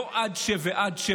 לא עד אשר,